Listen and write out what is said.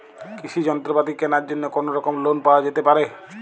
কৃষিযন্ত্রপাতি কেনার জন্য কোনোরকম লোন পাওয়া যেতে পারে?